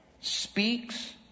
speaks